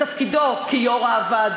בתפקידו כיושב-ראש הוועדה,